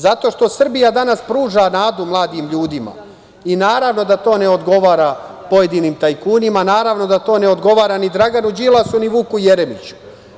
Zato što Srbija danas pruža nadu mladim ljudima i, naravno, to ne odgovara pojedinim tajkunim, ne odgovara ni Draganu Đilasu, ni Vuku Jeremiću.